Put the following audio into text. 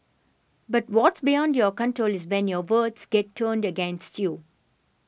but what's beyond your control is when your words get turned against you